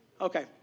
okay